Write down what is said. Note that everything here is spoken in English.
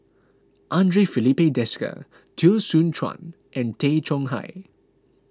andre Filipe Desker Teo Soon Chuan and Tay Chong Hai